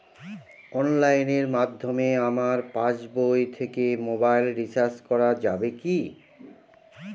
অনলাইনের মাধ্যমে আমার পাসবই থেকে মোবাইল রিচার্জ করা যাবে কি?